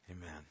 amen